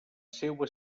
seua